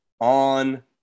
on